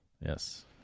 Yes